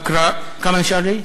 כמה נשאר לי?